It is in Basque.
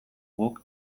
guk